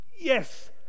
yes